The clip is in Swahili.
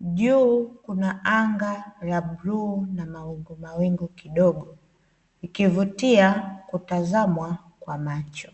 juu kuna anga la bluu na mawingumawingu kidogo likivutia kutazamwa kwa macho.